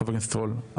חבר הכנסת רול,